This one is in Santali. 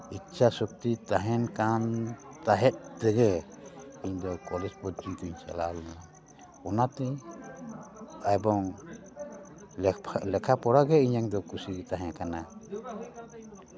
ᱤᱪᱪᱷᱟ ᱥᱚᱠᱛᱤ ᱛᱟᱦᱮᱱ ᱛᱟᱦᱮᱸᱫ ᱛᱮᱜᱮ ᱤᱧᱫᱚ ᱠᱚᱞᱮᱡᱽ ᱯᱚᱨᱡᱚᱱᱛᱚᱧ ᱪᱟᱞᱟᱣ ᱞᱮᱱᱟ ᱚᱱᱟᱛᱤᱧ ᱮᱵᱚᱝ ᱞᱮᱠᱷᱟ ᱯᱚᱲᱟ ᱫᱚ ᱤᱧᱟᱹᱜ ᱫᱚ ᱠᱩᱥᱤ ᱛᱟᱦᱮᱸ ᱠᱟᱱᱟ